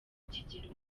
kigero